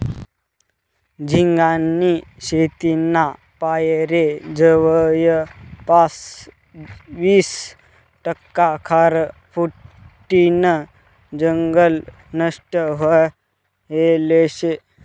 झिंगानी शेतीना पायरे जवयपास वीस टक्का खारफुटीनं जंगल नष्ट व्हयेल शे